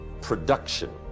production